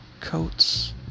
coats